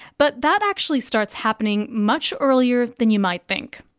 but that actually starts happening much earlier than you might think.